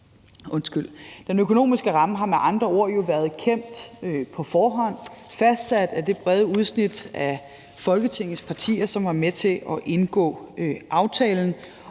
Den økonomiske ramme har med andre ord været kendt på forhånd, fastsat af det brede udsnit af Folketingets partier, som var med til at indgå aftalen,